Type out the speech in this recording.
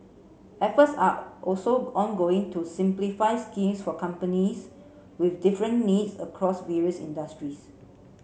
efforts are also ongoing to simplify schemes for companies with different needs across various industries